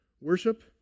worship